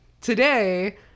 Today